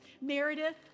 Meredith